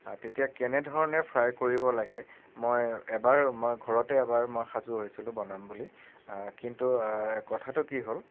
তেতিয়া কেনেধৰণে ফ্ৰাই কৰিব লাগে মই এবাৰ মই ঘৰতে এবাৰ মই সাজু হৈছিলোঁ বনাম বুলি কিন্তু এই কথাটো কি হ'ল